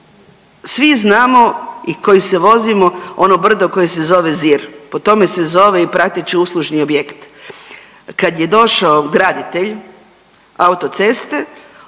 Svi znamo i koji se vozimo ono brdo koje se zove Zir po tome se zove i prateći uslužni objekt. Kad je došao graditelj autoceste